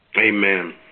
Amen